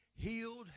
healed